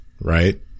right